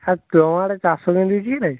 ତୁମ ଆଡ଼େ ଚାଷ କେମିତି ହେଇଛି କିରେ